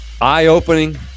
Eye-opening